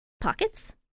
pockets